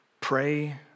pray